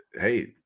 Hey